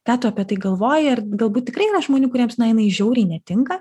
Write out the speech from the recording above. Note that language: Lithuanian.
ką tu apie tai galvoji ar galbūt tikrai yra žmonių kuriems na jinai žiauriai netinka